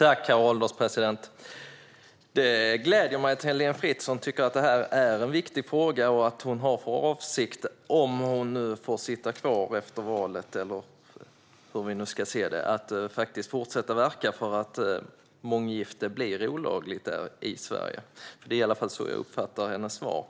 Herr ålderspresident! Det gläder mig att Heléne Fritzon tycker att detta är en viktig fråga och att hon har för avsikt, om hon nu får sitta kvar efter valet eller hur vi nu ska se det, att faktiskt fortsätta verka för att månggifte blir olagligt i Sverige. Det är i alla fall så jag uppfattar hennes svar.